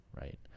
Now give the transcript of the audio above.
right